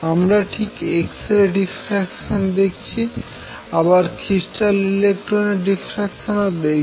আমরা ঠিক x ray diffraction দেখেছি আবার ক্রিস্টালে ইলেকট্রন এর ডিফ্রাকশানও দেখেছি